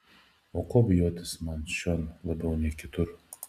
o ko bijotis man čion labiau nei kitur